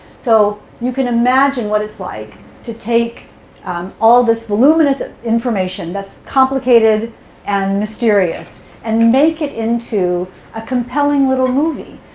so you can imagine what it's like to take all this voluminous information that's complicated and mysterious and make it into a compelling little movie,